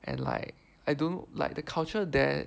and like I don't know like the culture there